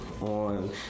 on